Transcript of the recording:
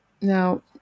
Now